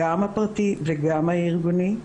גם הפרטי וגם הארגוני,